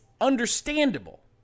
understandable